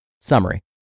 Summary